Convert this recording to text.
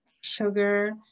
sugar